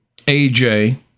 AJ